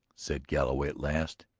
said galloway at last.